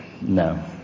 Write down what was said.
No